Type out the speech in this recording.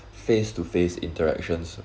face to face interactions